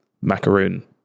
macaroon